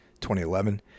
2011